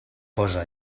posa